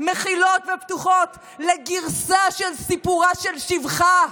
מכילות ופתוחות לגרסה של "סיפורה של שפחה".